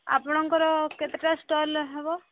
ଆପଣଙ୍କର କେତେଟା ଷ୍ଟଲ୍ ହେବ